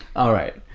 alright,